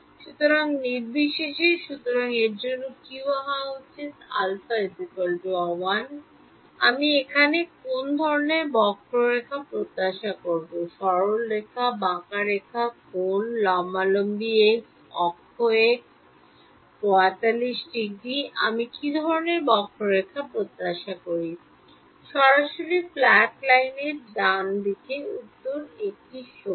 সুতরাং নির্বিশেষে সুতরাং এর জন্য কী হওয়া উচিত α 1 আমি এখানে কোন ধরণের বক্ররেখা প্রত্যাশা করব সরল রেখা বাঁকা রেখা কোণ লম্বালম্বি x অক্ষ y অক্ষ 45 ডিগ্রি আমি কী ধরণের বক্ররেখা প্রত্যাশা করি সরাসরি ফ্ল্যাট লাইনের ডান উত্তর 1 টি সমান